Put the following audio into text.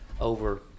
over